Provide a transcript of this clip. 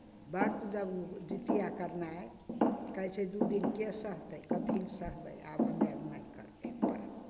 व्रत जब जितिया करनाइ कहै छै दू दिनके सहतै कथि लए सहबै आब हमे अर नहि करबै